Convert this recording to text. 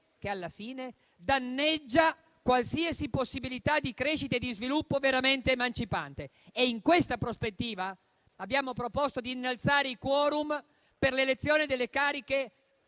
che alla fine danneggia qualsiasi possibilità di crescita e di sviluppo veramente emancipante. In questa prospettiva abbiamo proposto di innalzare i *quorum* per l'elezione delle cariche